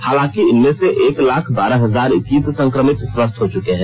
हालांकि इनमें से एक लाख बारह हजार इक्कीस संक्रमित स्वस्थ हो चुके हैं